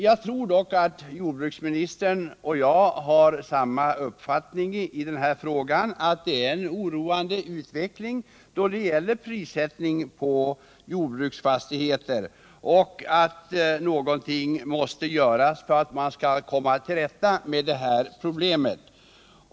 Jag tror dock att jordbruksministern och jag har samma uppfattning i denna fråga och att vi är överens om att utvecklingen är oroande när det gäller prissättningen på jordbruksfastigheter och att någonting måste göras för att komma till rätta med problemet.